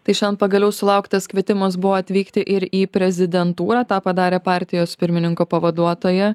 tai šen pagaliau sulauktas kvietimas buvo atvykti ir į prezidentūrą tą padarė partijos pirmininko pavaduotoja